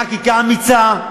חקיקה אמיצה,